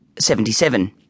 Seventy-seven